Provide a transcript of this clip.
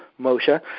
Moshe